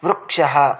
वृक्षः